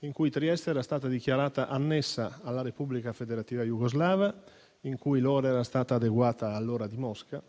in cui Trieste era stata dichiarata annessa alla Repubblica federale di Jugoslavia, in cui l'ora era stata adeguata all'ora di Mosca